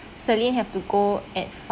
celine have to go at five